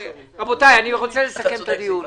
רבותיי, אני רוצה לסכם את הדיון.